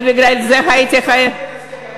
ובגלל זה הייתי חייבת,